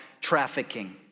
trafficking